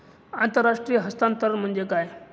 आंतरराष्ट्रीय हस्तांतरण म्हणजे काय?